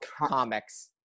comics